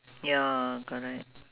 ya correct